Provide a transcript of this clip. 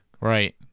Right